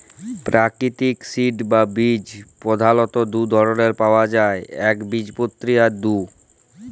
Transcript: পেরাকিতিক সিড বা বীজ পধালত দু ধরলের পাউয়া যায় একবীজপত্রী আর দু